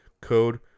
Code